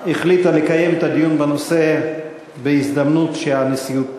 החליטה לקיים את הדיון בנושא בהזדמנות שהנשיאות תקבע.